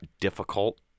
difficult